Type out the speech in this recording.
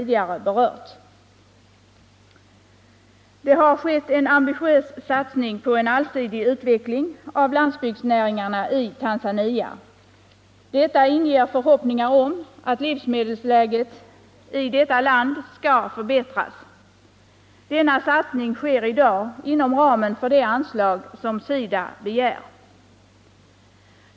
Det har gjorts en ambitiös satsning på en allsidig utveckling av landsbygdsnäringarna i Tanzania. Detta inger förhoppningar om att livsmedelsläget där skall förbättras. Denna satsning sker i dag inom ramen för det anslag som SIDA begär.